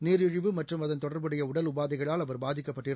நீரிழிவு மற்றும் அதன் தொடர்புடையஉடல் உபாதைகளால் அவர் பாதிக்கப்பட்டிருந்தார்